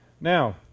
Now